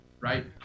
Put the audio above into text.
right